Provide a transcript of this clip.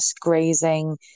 grazing